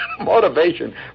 motivation